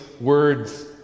words